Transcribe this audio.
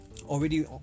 already